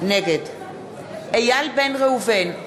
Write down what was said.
נגד איל בן ראובן,